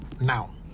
now